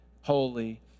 holy